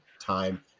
time